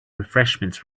refreshments